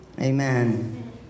Amen